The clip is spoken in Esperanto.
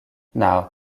naŭ